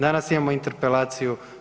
Danas imamo interpelaciju.